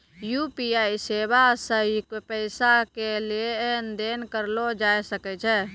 UPI सेबा से पैसा के लेन देन करलो जाय सकै छै